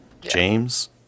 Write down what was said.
James